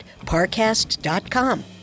ParCast.com